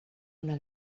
una